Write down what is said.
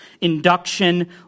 induction